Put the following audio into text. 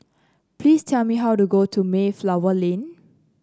please tell me how to go to Mayflower Lane